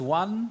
one